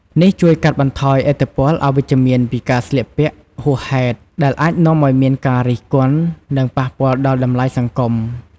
នេះជួយកាត់បន្ថយឥទ្ធិពលអវិជ្ជមានពីការស្លៀកពាក់ហួសហេតុ ដែលអាចនាំឱ្យមានការរិះគន់ និងប៉ះពាល់ដល់តម្លៃសង្គម។